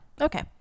Okay